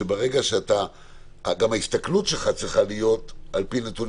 שגם ההסתכלות שלך צריכה להיות על פי נתונים.